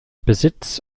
besitz